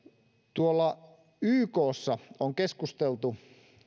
tuolla ykssa on keskusteltu